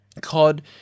Cod